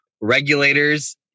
regulators